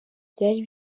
byari